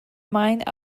mind